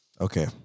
Okay